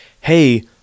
Hey